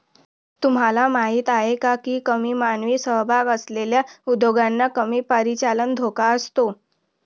तुम्हाला माहीत आहे का की कमी मानवी सहभाग असलेल्या उद्योगांना कमी परिचालन धोका असतो?